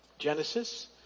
Genesis